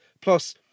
Plus